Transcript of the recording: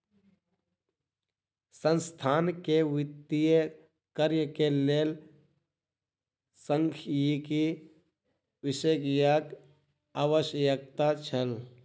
संस्थान के वित्तीय कार्य के लेल सांख्यिकी विशेषज्ञक आवश्यकता छल